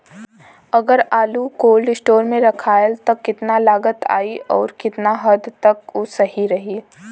अगर आलू cold storage में रखायल त कितना लागत आई अउर कितना हद तक उ सही रही?